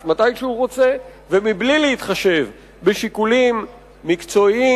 מתי שהוא רוצה ובלי להתחשב בשיקולים מקצועיים,